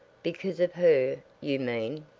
because of her, you mean?